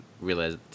realize